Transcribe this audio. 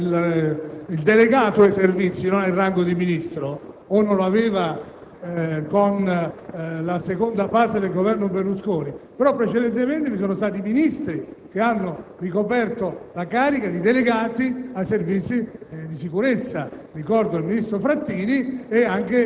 anche se il delegato dei Servizi non ha il rango di Ministro o non lo aveva con la seconda fase del Governo Berlusconi, però precedentemente vi sono stati Ministri che hanno ricoperto la carica di delegati ai Servizi